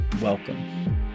Welcome